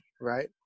right